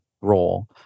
role